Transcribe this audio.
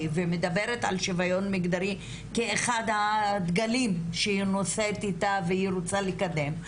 ומדברת על שוויון מגדרי כאחד הדגלים שהיא נושאת איתה ורוצה לקדם,